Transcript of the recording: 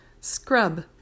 Scrub